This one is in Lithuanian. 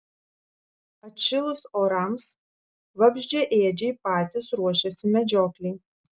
atšilus orams vabzdžiaėdžiai patys ruošiasi medžioklei